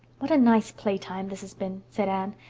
what a nice play-time this has been, said anne.